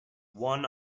one